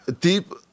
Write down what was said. Deep